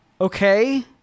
okay